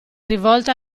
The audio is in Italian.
rivolta